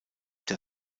der